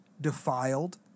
defiled